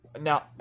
now –